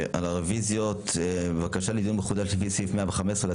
הצבעה הרוויזיה לא נתקבלה הרוויזיה לא